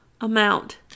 amount